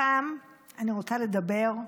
הפעם אני רוצה לדבר,